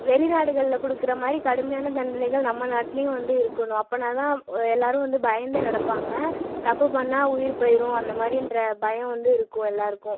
வெளிநாடுகளில் கொடுக்குற மாதிரி கடுமையான தண்டனைகள் நம்ம நாட்டுலேயும் வந்து இருக்கணும் அப்பனால் தான் எல்லாரும் வந்து பயந்து நடப்பாங்கள் தப்பு பண்ணால் உயிர் போயிரும் அந்த மாதிரி இன்ற பயம் வந்து இருக்கும் எல்லாருக்கும்